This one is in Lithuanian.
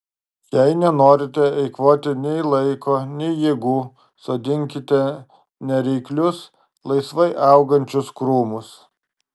jei nenorite eikvoti nei laiko nei jėgų sodinkite nereiklius laisvai augančius krūmus